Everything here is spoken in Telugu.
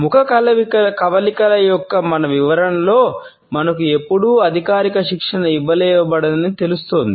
ముఖ కవళికల యొక్క మన వివరణలో మనకు ఎప్పుడూ అధికారిక శిక్షణ ఇవ్వబడలేదని తెలుస్తోంది